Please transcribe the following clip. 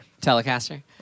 Telecaster